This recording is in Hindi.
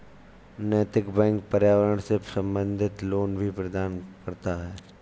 नैतिक बैंक पर्यावरण से संबंधित लोन भी प्रदान करता है